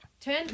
Turn